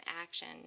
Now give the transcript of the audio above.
action